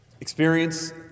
experience